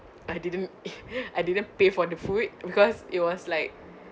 I didn't I didn't pay for the food because it was like